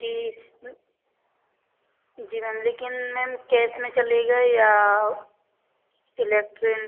जी जी मैम लेकिन ma'am cash में चलेगा या इलेक्ट्रेन